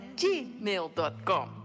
gmail.com